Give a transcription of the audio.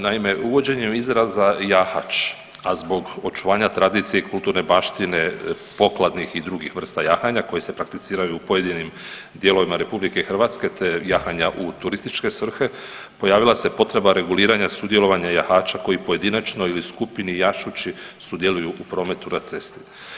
Naime uvođenjem izraza „jahač“, a zbog očuvanja tradicije i kulturne baštine pokladnih i drugih vrsta jahanja koje se prakticiraju u pojedinim dijelovima RH, te jahanja u turističke svrhe pojavila se potreba reguliranja i sudjelovanja jahača koji pojedinačno ili u skupini jašući sudjeluju u prometu na cesti.